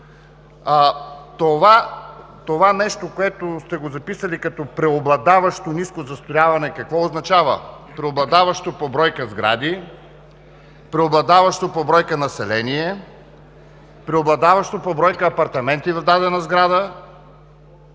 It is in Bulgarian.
това нещо, което сте го записали като „преобладаващо ниско застрояване“ какво означава? Преобладаващо по бройка сгради, преобладаващо по бройка население, преобладаващо като бройка апартаменти в дадена сграда